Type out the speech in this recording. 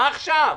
מה עכשיו?